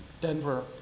Denver